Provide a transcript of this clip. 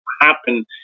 happen